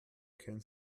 kennen